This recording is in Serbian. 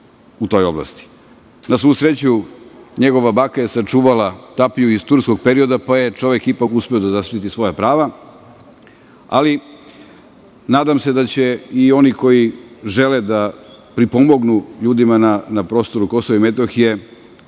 u toj oblasti. Na svu sreću, njegova je baka je sačuvala tapiju iz turskog perioda, pa je čovek ipak uspeo da zaštiti svoja prava, ali, nadam se da će i oni koji žele da pripomognu ljudima na prostoru Kosova i Metohije,